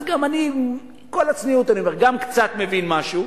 אז אני, עם כל הצניעות, גם קצת מבין משהו.